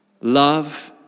Love